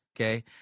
okay